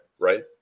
Right